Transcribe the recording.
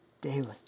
daily